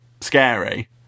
scary